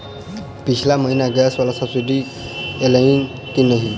पिछला महीना गैस वला सब्सिडी ऐलई की नहि?